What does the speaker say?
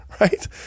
right